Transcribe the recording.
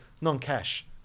non-cash